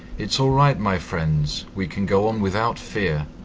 it's all right, my friends, we can go on without fear,